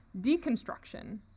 deconstruction